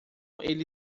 ele